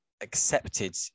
accepted